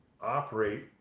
operate